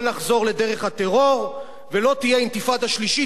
לא נחזור לדרך הטרור ולא תהיה אינתיפאדה שלישית.